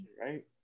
right